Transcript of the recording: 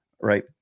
right